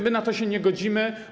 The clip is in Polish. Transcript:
My na to się nie godzimy.